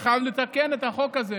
אני חייב לתקן את החוק הזה.